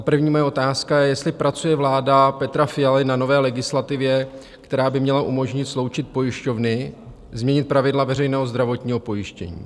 První moje otázka, jestli pracuje vláda Petra Fialy na nové legislativě, která by měla umožnit sloučit pojišťovny, změnit pravidla veřejného zdravotního pojištění?